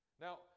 Now